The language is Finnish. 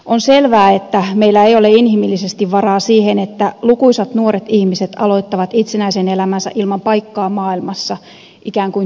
on selvää että meillä ei ole inhimillisesti varaa siihen että lukuisat nuoret ihmiset aloittavat itsenäisen elämänsä ilman paikkaa maailmassa ikään kuin tyhjän päällä